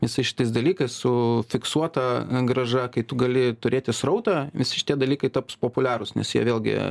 visais šitais dalykais su fiksuota grąža kai tu gali turėti srautą visi šitie dalykai taps populiarūs nes jie vėlgi